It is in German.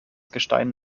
gestein